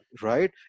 Right